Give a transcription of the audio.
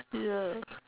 ya